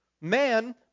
Man